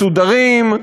מסודרים,